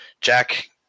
Jack